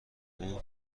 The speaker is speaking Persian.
اون